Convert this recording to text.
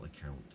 account